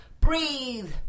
breathe